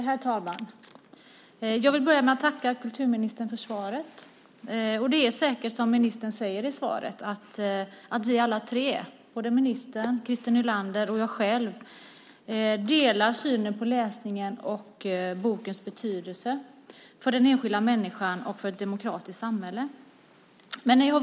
Herr talman! Jag vill börja med att tacka kulturministern för svaret. Det är säkert som ministern säger i svaret, att vi alla tre - ministern, Christer Nylander och jag själv - delar synen på läsningens och bokens betydelse för den enskilda människan och för ett demokratiskt samhälle.